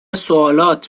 سوالات